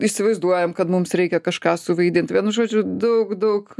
įsivaizduojam kad mums reikia kažką suvaidint vienu žodžiu daug daug